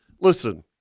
listen